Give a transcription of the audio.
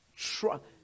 trust